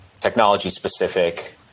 technology-specific